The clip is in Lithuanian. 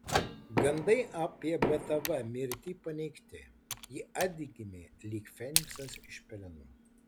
gandai apie btv mirtį paneigti ji atgimė lyg feniksas iš pelenų